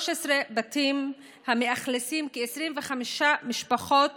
13 בתים המאכלסים כ-25 משפחות